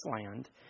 land